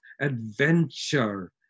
adventure